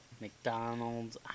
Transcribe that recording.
McDonald's